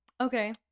Okay